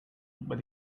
but